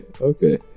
Okay